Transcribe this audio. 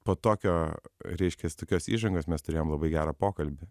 po tokio reiškias tokios įžangos mes turėjom labai gerą pokalbį